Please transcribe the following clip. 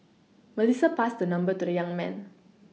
Melissa passed her number to the young man